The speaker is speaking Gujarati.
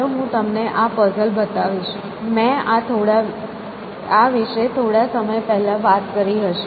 ચાલો હું તમને આ પઝલ બતાવીશ મેં આ વિશે થોડા સમય પહેલા વાત કરી હશે